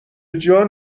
جان